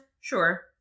Sure